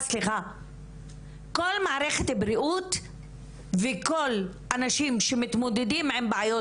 כל מערכת הבריאות וכל האנשים שמתמודדים עם בעיות